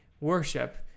worship